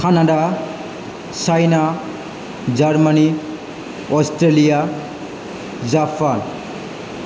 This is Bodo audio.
Canada China Germany Australia Japan